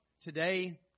today